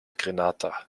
grenada